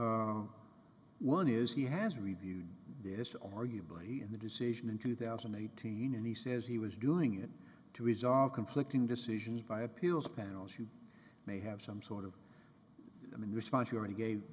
here one is he has reviewed this arguably he in the decision in two thousand and eighteen and he says he was doing it to resolve conflicting decision by appeals panel as you may have some sort of i mean response you already gave